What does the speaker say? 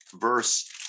verse